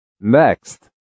Next